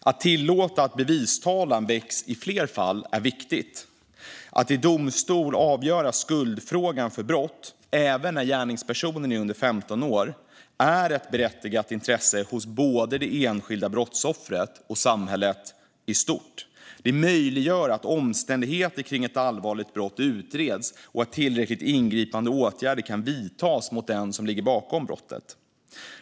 Att tillåta att bevistalan väcks i fler fall är viktigt. Att i domstol avgöra skuldfrågan för brott även när gärningspersonen är under 15 år är ett berättigat intresse hos både det enskilda brottsoffret och samhället i stort. Det möjliggör att omständigheter kring ett allvarligt brott utreds och att tillräckligt ingripande åtgärder kan vidtas mot den som ligger bakom brottet.